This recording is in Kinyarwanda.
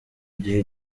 gihe